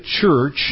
Church